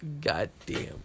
Goddamn